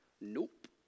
Nope